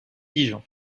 dijon